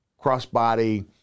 crossbody